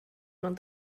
ond